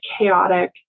chaotic